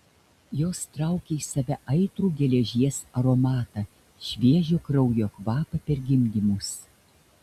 jos traukė į save aitrų geležies aromatą šviežio kraujo kvapą per gimdymus